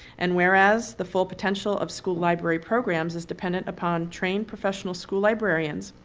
and whereas the full potential of school library programs is dependent upon trained professional school librarians,